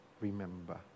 remember